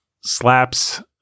slaps